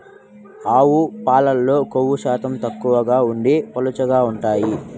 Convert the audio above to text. ఆవు పాలల్లో కొవ్వు శాతం తక్కువగా ఉండి పలుచగా ఉంటాయి